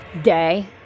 day